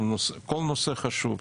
כל נושא חשוב,